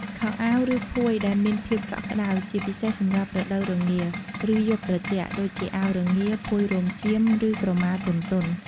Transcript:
ខោអាវ ឬភួយដែលមានភាពកក់ក្តៅ ជាពិសេសសម្រាប់រដូវរងា ឬយប់ត្រជាក់ ដូចជាអាវរងា ភួយរោមចៀម ឬក្រមាទន់ៗ។